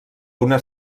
una